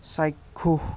চাক্ষুষ